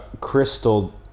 crystal